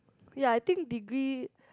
ya I think degree